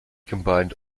combined